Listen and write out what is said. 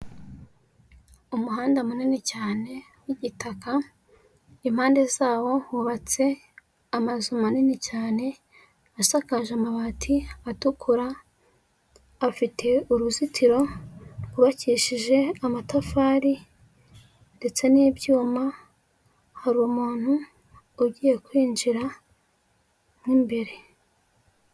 Umuhanda munini cyane w'gitaka, impande zawo hubatse amazu manini cyane asakaje amabati atukura, afite uruzitiro rwubakishije amatafari ndetse n'ibyuma, hari umu ugiye kwinjira mu imbere.